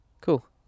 Cool